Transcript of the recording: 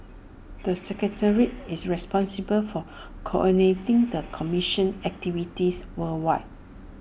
the secretariat is responsible for coordinating the commission's activities worldwide